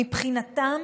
מבחינתם